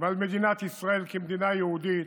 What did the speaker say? ועל מדינת ישראל כמדינה יהודית,